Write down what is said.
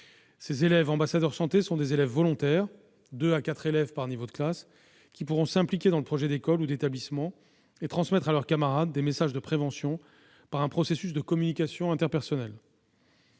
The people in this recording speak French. Ces élèves ambassadeurs santé sont des élèves volontaires- deux à quatre élèves par niveau de classe -, qui pourront s'impliquer dans le projet d'école ou d'établissement et transmettre à leurs camarades des messages de prévention par un processus de communication interpersonnelle.